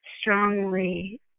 strongly